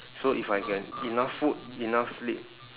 so if I get enough food enough sleep